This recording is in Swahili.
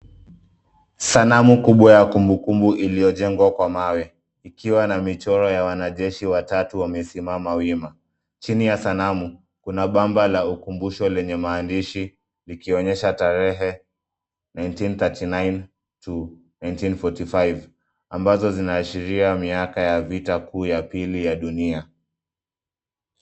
Sanamu kubwa ya kumbukumbu iliyojengwa kwa mawe ikiwa na michoro ya wanajeshi watatu wamesimama wima. Chini ya sanamu kuna bamba la ukumbusho lenye maandishi likionyesha tarehe nineteen thirty nine to nineteen forty five ambazo zinaashiria miaka ya vita vikuu ya pili ya dunia.